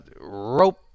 rope